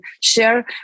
share